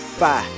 Five